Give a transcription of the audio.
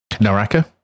Naraka